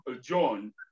John